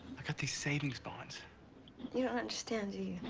i got these saving's bonds you don't understand, do you?